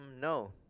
no